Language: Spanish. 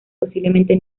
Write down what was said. posiblemente